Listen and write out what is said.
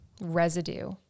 residue